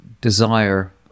desire